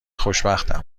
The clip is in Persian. خوشبختم